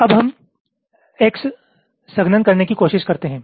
अब हम एक X संघनन करने की कोशिश करते हैं